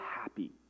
happy